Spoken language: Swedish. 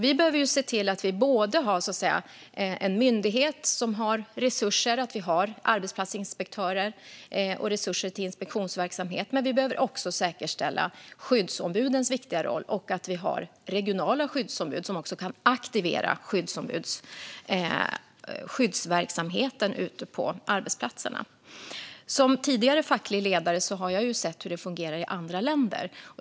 Vi behöver se till att vi har en myndighet som har resurser och att vi har arbetsplatsinspektörer och resurser till inspektionsverksamhet, men vi behöver också säkerställa skyddsombudens viktiga roll och att vi har regionala skyddsombud som kan aktivera skyddsverksamheten ute på arbetsplatserna. Som tidigare facklig ledare har jag sett hur det fungerar i andra länder.